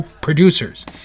producers